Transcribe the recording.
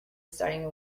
starting